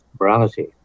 morality